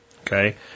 Okay